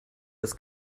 das